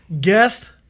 guest